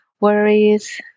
worries